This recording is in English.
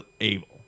able